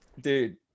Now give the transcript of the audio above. Dude